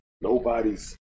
Nobody's